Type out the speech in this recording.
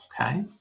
okay